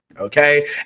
okay